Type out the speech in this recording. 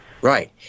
Right